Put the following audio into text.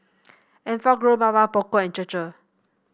Enfagrow Mamy Poko and Chir Chir